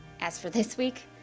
as for this week.